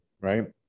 Right